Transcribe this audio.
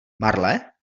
marle